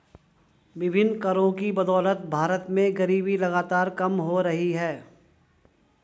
विभिन्न करों की बदौलत भारत में गरीबी लगातार कम हो रही है